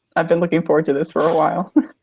i've been looking forward to this for a while.